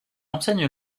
enseigne